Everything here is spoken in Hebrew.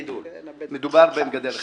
מדובר במגדל אחד.